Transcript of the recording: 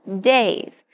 days